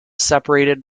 separated